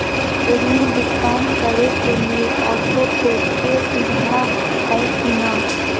ऋण भुगतान करे के लिए ऑटोपे के सुविधा है की न?